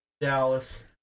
Dallas